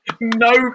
no